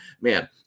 Man